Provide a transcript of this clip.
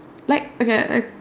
like okay